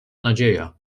nadzieja